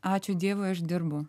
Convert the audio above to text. ačiū dievui aš dirbu